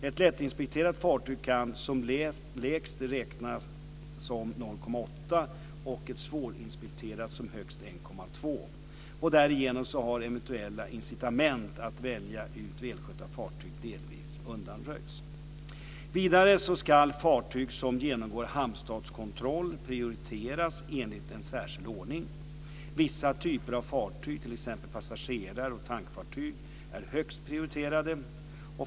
Ett lättinspekterat fartyg kan som lägst räknas som 0,8 och ett svårinspekterat som högst 1,2. Därigenom har eventuella incitament att välja ut välskötta fartyg delvis undanröjts. Vidare ska fartyg som genomgår hamnstatskontroll prioriteras enligt en särskild ordning. Vissa typer av fartyg, t.ex. passagerar och tankfartyg, är högst prioriterade.